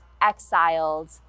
exiled